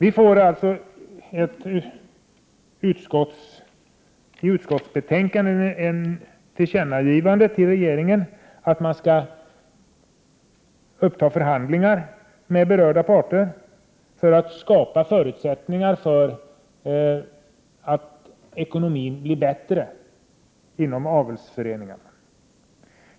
I utskottsbetänkandet föreslås alltså ett tillkännagivande till regeringen att man skall uppta förhandlingar med berörda parter för att skapa förutsättningar för att ekonomin inom avelsföreningarna skall bli bättre.